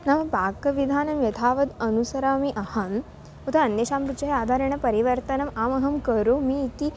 नाम पाकविधानं यथावत् अनुसरामि अहं तथा अन्येषां रुचेः आधारेण परिवर्तनम् आमहं करोमि इति